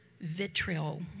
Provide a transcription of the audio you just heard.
vitriol